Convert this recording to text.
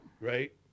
Right